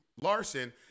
Larson